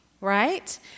right